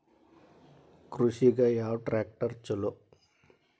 ಕೃಷಿಗ ಯಾವ ಟ್ರ್ಯಾಕ್ಟರ್ ಛಲೋ?